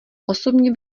osobně